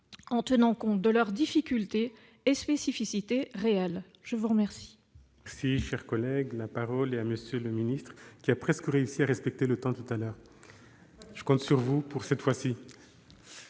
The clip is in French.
en tenant compte de leurs difficultés et spécificités réelles. La parole